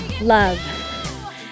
love